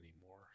anymore